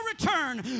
return